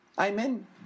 Amen